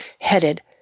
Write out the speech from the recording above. headed